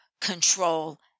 control